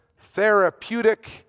therapeutic